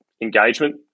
engagement